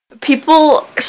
People